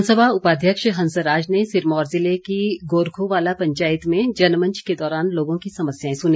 विधानसभा उपाध्यक्ष हंसराज ने सिरमौर ज़िले की गोरखुवाला पंचायत में जनमंच के दौरान लोगों की समस्याएं सुनी